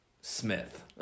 Smith